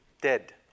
dead